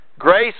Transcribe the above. grace